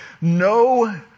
no